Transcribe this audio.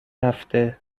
هفته